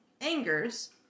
Angers